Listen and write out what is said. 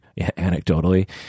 anecdotally